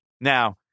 Now